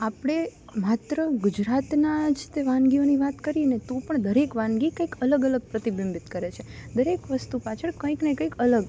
આપણે માત્ર ગુજરાતના જ તે વાનગીઓની વાત કરીએ ને તો પણ દરેક વાનગી કંઈક અલગ અલગ પ્રતિબિંબિત કરે છે દરેક વસ્તુ પાછળ કંઈક ને કંઈક અલગ